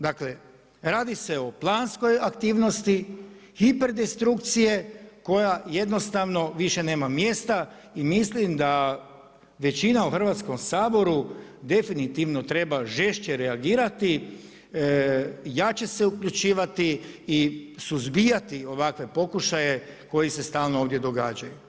Dakle, radi se o planskoj aktivnosti hiper destrukcije koja jednostavno više nema mjesta i mislim da većina u Hrvatskom saboru definitivno treba žešće reagirati, jače se uključivati i suzbijati ovakve pokušaje koji se stalno ovdje događaju.